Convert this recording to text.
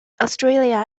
australia